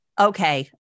Okay